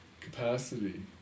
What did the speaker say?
capacity